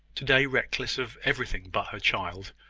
to-day reckless of everything but her child,